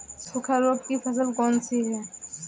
सूखा रोग की फसल कौन सी है?